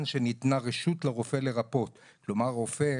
שניתנה רשות לרופא לרפות.." כלומר הרופא,